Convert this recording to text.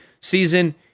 season